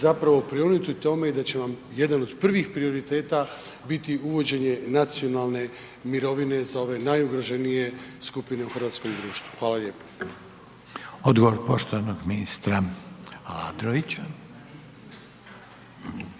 zapravo prionuti u tom i da će vam jedan od prvih prioriteta biti uvođenje nacionalne mirovine za ove najugroženije skupine u hrvatskom društvu? **Reiner, Željko (HDZ)** Odgovor poštovanog ministra Aladrovića.